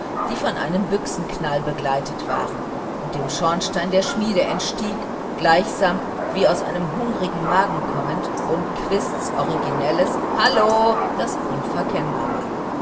die von einem büchsenknall begleitet waren und dem schornstein der schmiede entstieg gleichsam wie aus einem hungrigen magen kommend rundquists originelles hallo das unverkennbar war